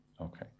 okay